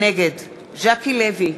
נגד ז'קי לוי,